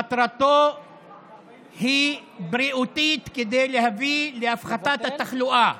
מטרתו היא בריאותית, כדי להביא להפחתת התחלואה.